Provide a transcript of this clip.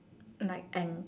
like and